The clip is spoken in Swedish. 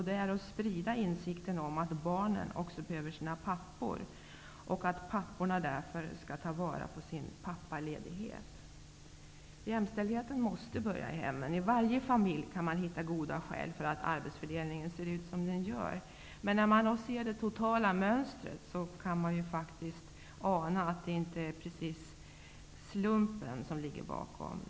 Det är att sprida insikten om att barnen också behöver sina pappor och att papporna därför skall ta vara på sin pappaledighet. Jämställdheten måste börja i hemmen. I varje familj kan man hitta goda skäl för att arbetsfördelningen ser ut som den gör. Men när vi ser det totala mönstret anar vi att det inte precis är slumpen som ligger bakom.